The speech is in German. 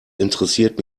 interessiert